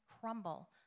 crumble